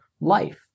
life